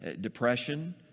depression